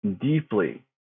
deeply